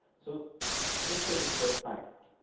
so let's take a step back.